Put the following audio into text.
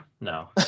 no